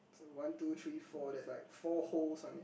there's like one two three four there's like four holes on it